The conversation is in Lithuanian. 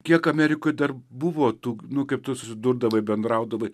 kiek amerikoj dar buvo tų nu kaip tu susidurdavai bendraudavai